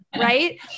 Right